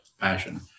passion